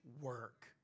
Work